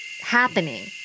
happening